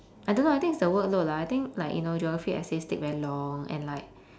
I don't know I think it's the workload lah I think like you know geography essays take very long and like